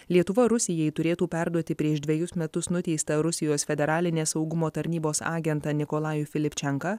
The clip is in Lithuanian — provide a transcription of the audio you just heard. lietuva rusijai turėtų perduoti prieš dvejus metus nuteistą rusijos federalinės saugumo tarnybos agentą nikolajų filipčenką